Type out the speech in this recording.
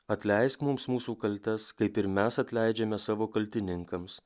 atleisk mums mūsų kaltes kaip ir mes atleidžiame savo kaltininkams